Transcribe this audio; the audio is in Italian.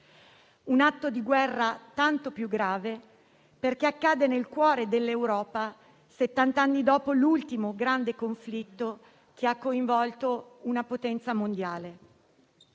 Un atto di guerra tanto più grave perché accade nel cuore dell'Europa settant'anni dopo l'ultimo grande conflitto che ha coinvolto una potenza mondiale.